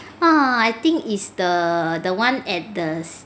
!wah! I think is the the one at the